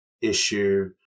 issue